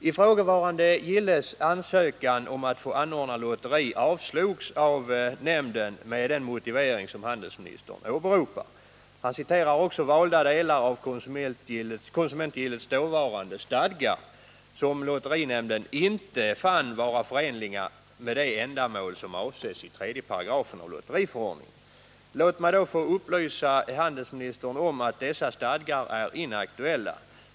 Ifrågavarande gilles ansökan om att få anordna lotteri avslogs av nämnden med den motivering som handelsministern åberopar. Han citerar också valda delar av konsumentgillets dåvarande stadgar, som lotterinämnden inte fann vara förenliga med de ändamål som avses i 3 § lotteriförordningen. Låt mig få upplysa handelsministern om att dessa stadgar är inaktuella.